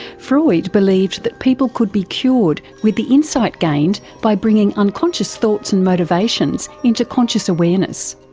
freud believed that people could be cured with the insight gained by bringing unconscious thoughts and motivations into conscious awareness.